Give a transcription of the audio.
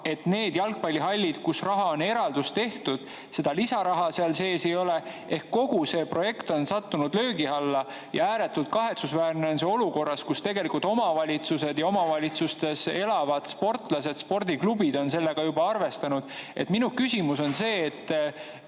Ka nende jalgpallihallide, kus rahaeraldus on tehtud, lisaraha [eelarves] sees ei ole. Kogu see projekt on sattunud löögi alla ja ääretult kahetsusväärne on see olukorras, kus omavalitsused ja omavalitsustes elavad sportlased, spordiklubid on sellega juba arvestanud. Minu küsimus on see, et